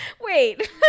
Wait